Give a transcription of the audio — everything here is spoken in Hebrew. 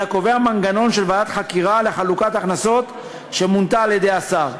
אלא קובע מנגנון של ועדת חקירה לחלוקת הכנסות שמונתה על-ידי השר,